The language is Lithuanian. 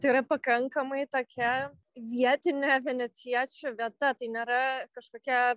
tai yra pakankamai tokia vietinė venecijiečių vieta tai nėra kažkokia